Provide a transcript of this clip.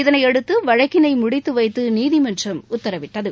இதனையடுத்து வழக்கினை முடித்து வைத்து நீதிமன்றம் உத்தரவிட்டது